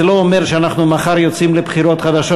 זה לא אומר שאנחנו מחר יוצאים לבחירות חדשות,